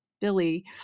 Billy